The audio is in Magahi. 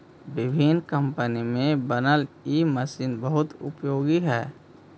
विभिन्न कम्पनी में बनल इ मशीन बहुत उपयोगी हई